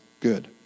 good